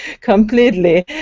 completely